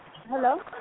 Hello